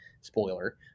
spoiler